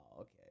okay